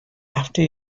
after